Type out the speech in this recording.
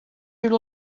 you